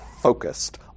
focused